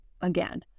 again